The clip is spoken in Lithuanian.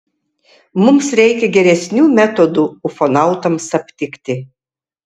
mums reikia geresnių metodų ufonautams aptikti